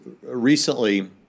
recently